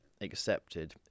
accepted